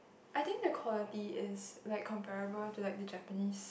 I think the quality is like comparable to like the Japanese